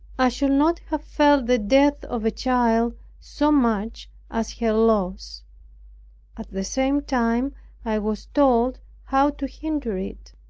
i should not have felt the death of a child so much as her loss at the same time i was told how to hinder it,